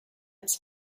its